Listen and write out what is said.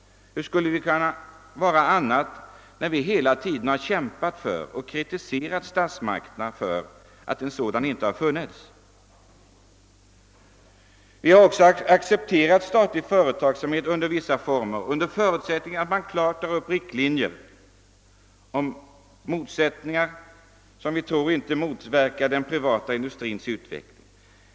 Hur skulle vi kunna ha en annan inställning, när vi hela tiden har kritiserat statsmakterna för att en sådan samordning inte har funnits? Vi har också accepterat statlig företagsamhet under förutsättning att man klart drar upp riktlinjer beträffande målsättningen som inte motverkar den privata industrins utveckling.